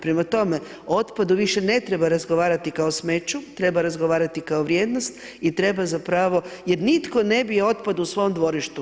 Prema tome, o otpadu više ne treba razgovarati kao smeću, treba razgovarati kao vrijednost i treba zapravo jer nitko ne bi otpad u svom dvorištu.